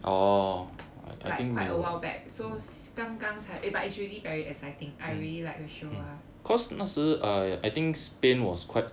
like quite awhile back so 刚刚才 eh but it's really very exciting I really like the show ah